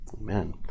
Amen